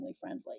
friendly